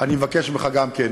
אני מבקש ממך גם כן,